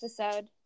episode